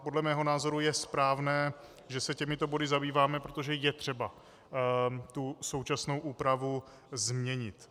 Podle mého názoru je správné, že se těmito body zabýváme, protože je třeba současnou úpravu změnit.